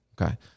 Okay